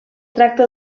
tracta